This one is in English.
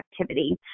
activity